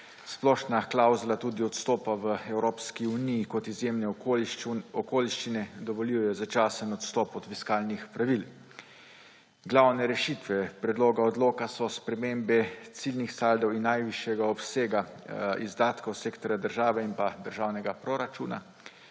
Splošna klavzula odstopa tudi v Evropski uniji kot izjemne okoliščine dovoljuje začasen odstop od fiskalnih pravil. Glavne rešitve predloga odloka so spremembe ciljnih saldov in najvišjega obsega izdatkov sektorja države in pa državnega proračuna.